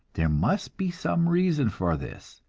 there must be some reason for this,